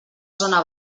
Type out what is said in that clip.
zona